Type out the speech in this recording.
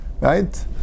right